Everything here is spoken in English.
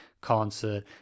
concert